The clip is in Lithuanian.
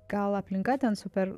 gal aplinka ten super